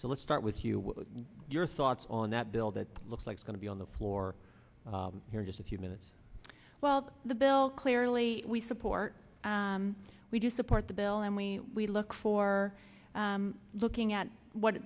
so let's start with you with your thoughts on that bill that looks like is going to be on the floor here just a few minutes well the bill clearly we support we do support the bill and we we look for looking at what